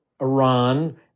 Iran